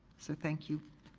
so thank you.